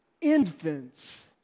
infants